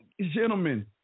Gentlemen